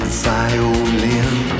violin